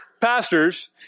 pastors